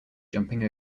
jumping